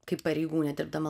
kaip pareigūnė dirbdama